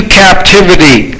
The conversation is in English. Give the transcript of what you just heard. captivity